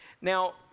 Now